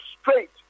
straight